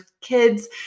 kids